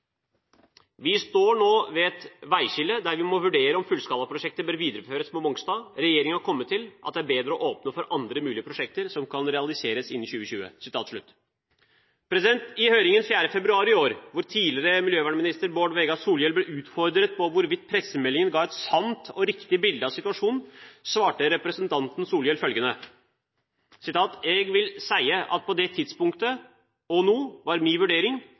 vi må vurdere om fullskalaprosjektet bør videreføres på Mongstad. Regjeringen har kommet til at det er bedre å åpne for andre mulige prosjekter som kan realiseres innen 2020». I høringen 4. februar i år, hvor tidligere miljøvernminister Bård Vegar Solhjell ble utfordret på hvorvidt pressemeldingen ga et sant og riktig bilde av situasjonen, svarte representanten Solhjell følgende: «Eg vil seie at på det tidspunktet – og no – var mi vurdering,